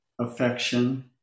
affection